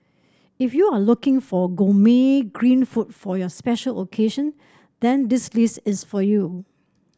if you are looking for gourmet green food for your special occasion then this list is for you